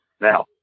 Now